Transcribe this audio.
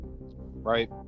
right